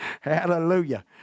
Hallelujah